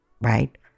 right